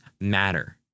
matter